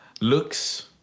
Looks